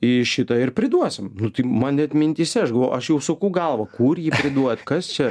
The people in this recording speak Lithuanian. į šitą ir priduosim nu tai man net mintyse aš galvoju aš jau suku galvą kur jį priduot kas čia